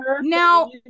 now